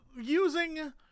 using